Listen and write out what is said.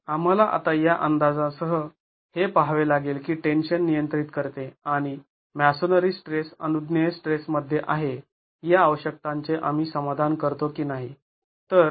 तर आम्हाला आता या अंदाजासह हे पहावे लागेल की टेन्शन नियंत्रित करते आणि मॅसोनरी स्ट्रेस अनुज्ञेय स्ट्रेस मध्ये आहे या आवश्यकतांचे आम्ही समाधान करतो की नाही